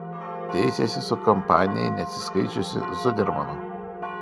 teisėsi su kampanijai neatsiskaičiusiu zudermanu